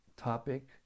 Topic